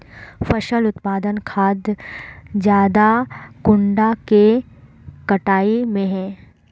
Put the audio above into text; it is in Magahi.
फसल उत्पादन खाद ज्यादा कुंडा के कटाई में है?